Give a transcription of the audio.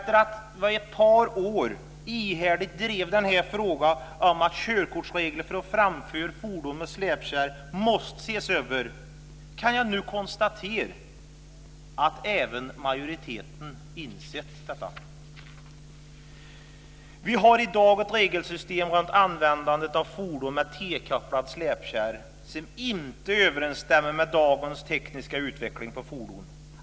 Efter att i ett par år ihärdigt ha drivit frågan om att körkortsreglerna för att framföra fordon med släpkärra måste ses över kan jag nu konstatera att även majoriteten insett detta. Vi har i dag ett regelsystem runt användandet av fordon med tillkopplad släpkärra som inte överensstämmer med dagens tekniska utveckling för fordon.